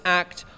act